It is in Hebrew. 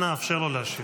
אנא, אפשר לו להשיב.